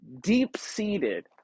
deep-seated